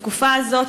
בתקופה הזאת,